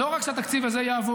לא רק שהתקציב הזה יעבור,